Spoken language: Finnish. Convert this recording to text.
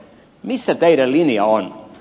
missä teidän linjanne on